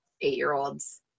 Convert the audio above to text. eight-year-olds